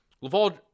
Laval